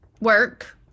work